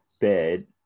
bed